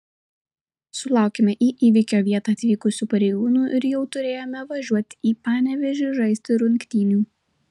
sulaukėme į įvykio vietą atvykusių pareigūnų ir jau turėjome važiuoti į panevėžį žaisti rungtynių